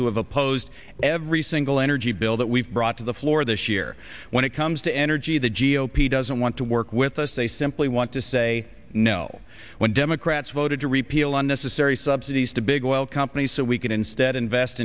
have opposed every single energy bill that we've brought to the floor this year when it comes to energy the g o p doesn't want to work with us they simply want to say no when democrats voted to repeal unnecessary subsidies to big oil companies so we can instead invest